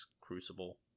Crucible